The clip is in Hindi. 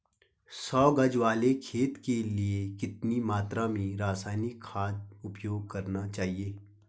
सौ गज वाले खेत के लिए कितनी मात्रा में रासायनिक खाद उपयोग करना चाहिए?